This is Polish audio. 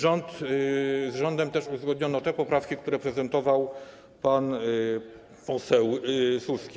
Z rządem też uzgodniono te poprawki, które prezentował pan poseł Suski.